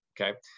Okay